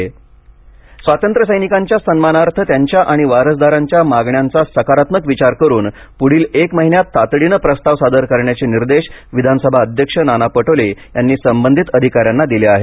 रुवातंत्र्यसैनिक स्वातंत्र्य सैनिकांच्या सन्मानार्थ त्यांच्या आणि वारसदारांच्या मागण्यांचा सकारात्मक विचार करून पुढील एक महिन्यात तातडीनं प्रस्ताव सादर करण्याचे निर्देश विधानसभा अध्यक्ष नाना पटोले यांनी संबंधित अधिका यांना दिले आहेत